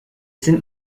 sind